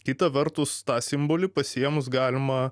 kita vertus tą simbolį pasiėmus galima